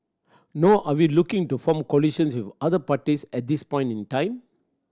nor are we looking to form coalitions with other parties at this point in time